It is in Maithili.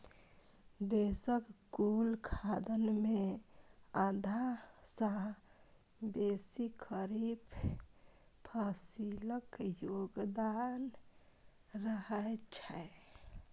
देशक कुल खाद्यान्न मे आधा सं बेसी खरीफ फसिलक योगदान रहै छै